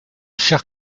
chers